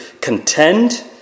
contend